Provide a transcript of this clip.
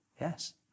Yes